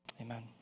Amen